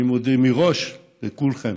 אני מודה מראש לכולכם,